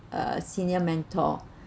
uh senior mentor